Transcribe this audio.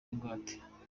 ingwate